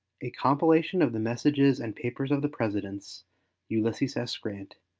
a compilation of the messages and papers of the presidents ulysses s. grant,